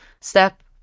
step